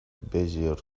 bezier